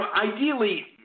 Ideally